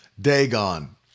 Dagon